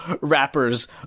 rappers